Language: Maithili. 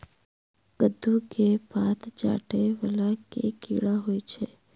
कद्दू केँ पात चाटय वला केँ कीड़ा होइ छै?